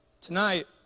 Tonight